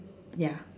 ya